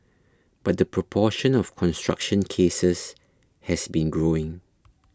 but the proportion of construction cases has been growing